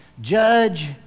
judge